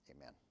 Amen